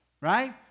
Right